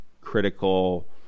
critical